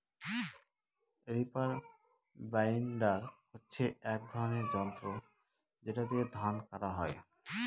reaper binder হচ্ছে এক ধরনের যন্ত্র যেটা দিয়ে ধান কাটা হয়